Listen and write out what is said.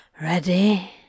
ready